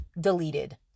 deleted